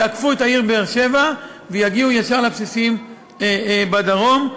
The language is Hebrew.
יעקפו את העיר באר-שבע ויגיעו ישר לבסיסים בדרום,